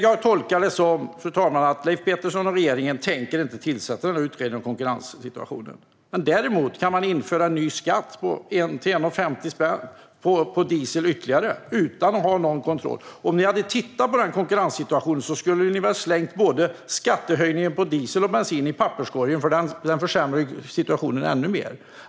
Jag tolkar det som att Leif Pettersson och regeringen inte tänker tillsätta någon utredning om konkurrenssituationen. Däremot kan man tänka sig att införa en ytterligare skatt på diesel på 1 krona eller 1,50 utan att ha någon kontroll. Om ni hade tittat på konkurrenssituationen skulle ni ha slängt skattehöjningen på diesel och bensin i papperskorgen, för den försämrar ju konkurrensen ännu mer.